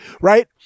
right